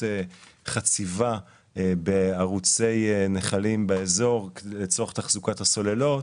חציבה בערוצי נחלים באזור לצורך תחזוקת הסוללות,